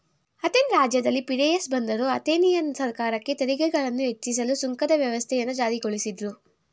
Athens ರಾಜ್ಯದಲ್ಲಿ Piraeus ಬಂದರು Athenian ಸರ್ಕಾರಕ್ಕೆ ತೆರಿಗೆಗಳನ್ನ ಹೆಚ್ಚಿಸಲು ಸುಂಕದ ವ್ಯವಸ್ಥೆಯನ್ನ ಜಾರಿಗೊಳಿಸಿದ್ರು